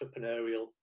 entrepreneurial